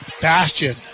Bastion